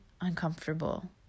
uncomfortable